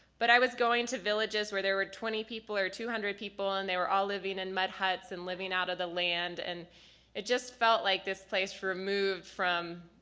but i was going to villages where there were twenty people or two hundred people and they were all living in mud huts and living out of the land and it just felt like this place removed from,